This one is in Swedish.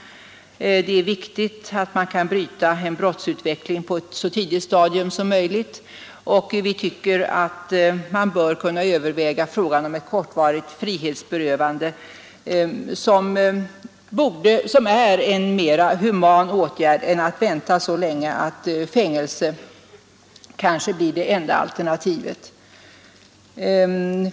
Det är viktigt att man kan bryta en stigande brottsutveckling på ett så tidigt stadium som möjligt, och vi tycker att man bör kunna överväga frågan om ett kortvarigt frihetsberövande, som är en mera human åtgärd än att vänta så länge att fängelse kanske blir det enda alternativet.